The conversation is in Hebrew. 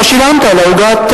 לא שילמת על מה שאכלת.